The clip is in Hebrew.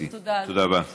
תודה, גברתי.